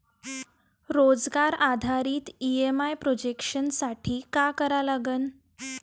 रोजगार आधारित EMI projection साठी का करा लागन?